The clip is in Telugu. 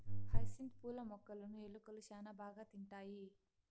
హైసింత్ పూల మొక్కలును ఎలుకలు శ్యాన బాగా తింటాయి